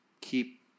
keep